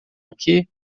aqui